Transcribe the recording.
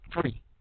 Free